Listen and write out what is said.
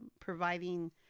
providing